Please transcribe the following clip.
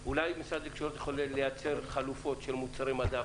-- גברתי, את יודעת ש-105 חסום בקווים האלה?